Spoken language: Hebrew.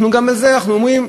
גם על זה אנחנו אומרים,